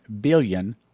billion